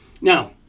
Now